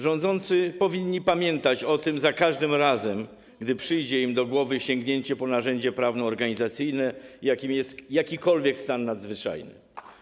Rządzący powinni pamiętać o tym za każdym razem, gdy przyjdzie im do głowy sięgnięcie po narzędzie prawnoorganizacyjne, jakim jest jakikolwiek stan nadzwyczajny.